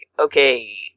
Okay